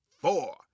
four